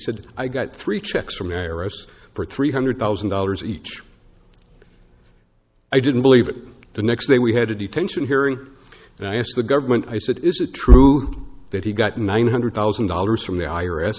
said i got three checks from heiress for three hundred thousand dollars each i didn't believe it the next day we had a detention hearing and i asked the government i said is it true that he got nine hundred thousand dollars from the